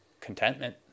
Contentment